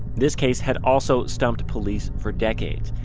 this case had also stumped police for decades,